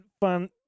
fun